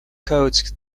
codes